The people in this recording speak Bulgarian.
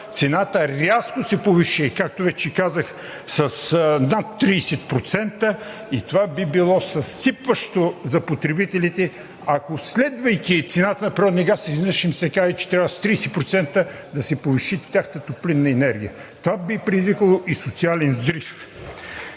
цената рязко се повиши, както вече казах, с над 30%. Това би било съсипващо за потребителите, ако, следвайки цената на природния газ, изведнъж им се каже, че трябва с 30% да се повиши тяхната топлинна енергия. Това би предизвикало и социален взрив.